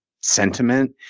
sentiment